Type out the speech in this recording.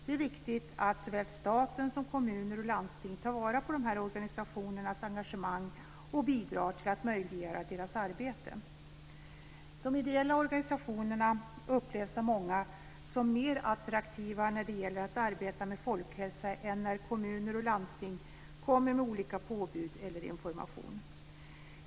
Det är viktigt att såväl staten som kommuner och landsting tar vara på dessa organisationers engagemang och bidrar till att möjliggöra deras arbete. De ideella organisationerna upplevs av många som mer attraktiva när det gäller att arbeta med folkhälsa än när kommuner och landsting kommer med olika påbud eller information.